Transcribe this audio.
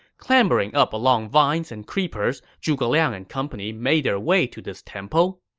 clambering up along vines and creepers, zhuge liang and company made their way to this temple.